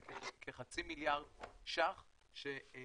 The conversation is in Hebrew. זה כחצי מיליארד ₪.